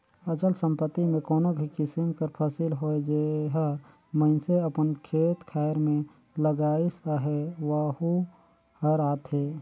अचल संपत्ति में कोनो भी किसिम कर फसिल होए जेहर मइनसे अपन खेत खाएर में लगाइस अहे वहूँ हर आथे